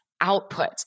output